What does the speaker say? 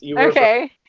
Okay